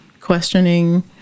questioning